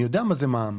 אני יודע מה זה מע"מ.